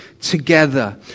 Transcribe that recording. together